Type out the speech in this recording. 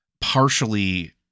partially